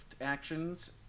actions